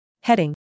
Heading